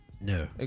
no